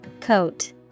Coat